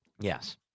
yes